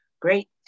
great